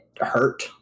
hurt